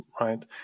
right